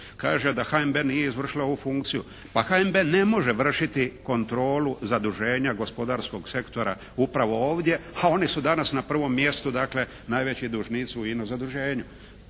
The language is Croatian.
Kaže da HNB nije izvršio ovu funkciju. Pa HNB ne može vršiti kontrolu zaduženja gospodarskog sektora upravo ovdje, a oni su danas na prvom mjestu dakle najveći dužnici u ino zaduženju.